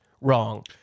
wrong